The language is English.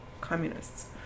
communists